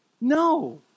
No